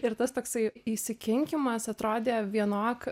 ir tas toksai įsikinkymas atrodė vienok